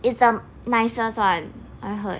is the nicest one I heard